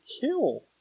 kill